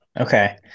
Okay